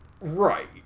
Right